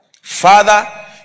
Father